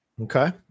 Okay